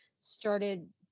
started